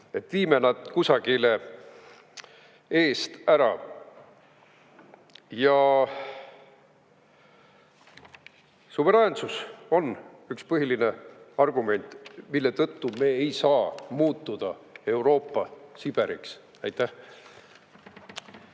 viime nad kusagile eest ära. Suveräänsus on üks põhiline argument, mille tõttu me ei saa muutuda Euroopa Siberiks. Aitäh!